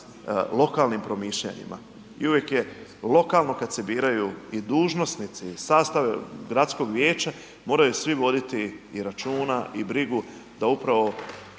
lokalnim promišljanima. I uvijek je lokalno kad se biraju i dužnosnici i sastave gradskog vijeća, moraju svi voditi i računa i brigu da upravo što